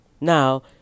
Now